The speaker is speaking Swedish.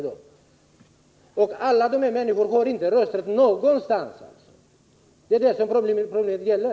I praktiken har dessa människor inte rösträtt någonstans. Det är detta problem det gäller.